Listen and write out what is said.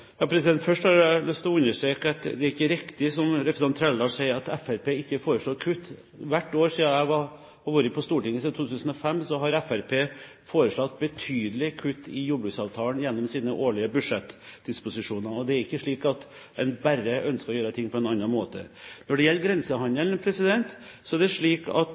Først har jeg lyst til å understreke at det ikke er riktig som representanten Trældal sier, at Fremskrittspartiet ikke foreslår kutt. Hvert år, og jeg har vært på Stortinget siden 2005, har Fremskrittspartiet foreslått betydelige kutt i jordbruksavtalen gjennom sine årlige budsjettdisposisjoner. Det er ikke slik at de bare ønsker å gjøre ting på en annen måte. Når det gjelder grensehandelen, er den avhengig av mange ulike hensyn. Grensehandelen utvikles bl.a. også gjennom at